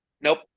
Nope